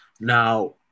Now